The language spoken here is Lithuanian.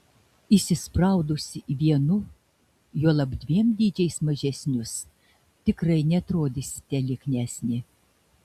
įsispraudusi į vienu juolab dviem dydžiais mažesnius tikrai neatrodysite lieknesnė